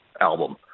album